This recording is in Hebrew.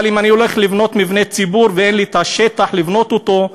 אבל אם אני הולך לבנות מבנה ציבור ואין לי שטח לבנות אותו,